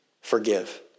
forgive